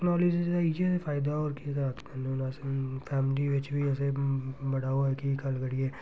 technology दे इ'यै फायदा ओह् केह् करना अस फैमली बिच्च बी असें बड़ा ओह् एह् कि गल्ल करियै